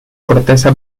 corteza